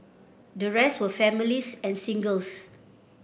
the rest were families and singles